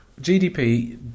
GDP